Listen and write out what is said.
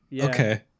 Okay